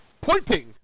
pointing